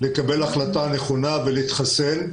קשה לכם לתת קנס בסך 5,000 שקלים.